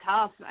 tough